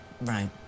Right